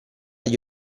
gli